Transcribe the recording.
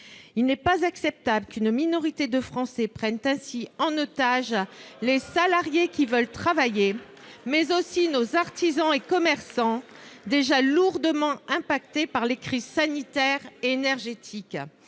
Il n'est pas acceptable qu'une minorité de Français prenne ainsi en otage les salariés qui veulent travailler, mais aussi nos artisans et commerçants déjà lourdement affectés par les crises sanitaire et énergétique.